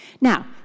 Now